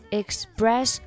express